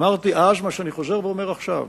אמרתי אז מה שאני חוזר ואומר עכשיו.